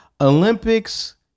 Olympics